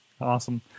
Awesome